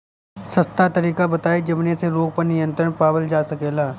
सस्ता तरीका बताई जवने से रोग पर नियंत्रण पावल जा सकेला?